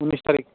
उननिस थारिक